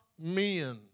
men